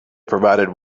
provided